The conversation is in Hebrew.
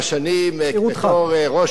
בתור ראש עיריית רעננה,